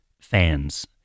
fans